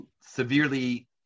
severely